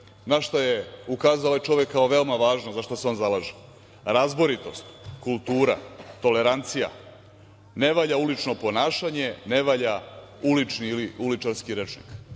na šta je ukazao ovaj čovek kao veoma važno, a za šta se on zalaže. Razboritost, kultura, tolerancija, ne valja ulično ponašanje, ne valja ulični ili uličarski rečnik.